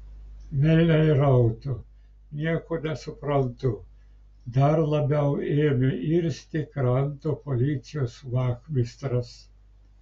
velniai rautų nieko nesuprantu dar labiau ėmė irzti kranto policijos vachmistras